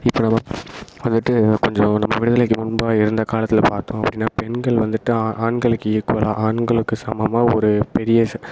இப்போ நம்ம வந்துவிட்டு கொஞ்சம் நம்ப விடுதலைக்கு முன்பாக இருந்த காலத்தில் பார்த்தோம் அப்படின்னா பெண்கள் வந்துவிட்டு ஆ ஆண்களுக்கு ஈக்குவலாக ஆண்களுக்கு சமமாக ஒரு பெரிய ஸ்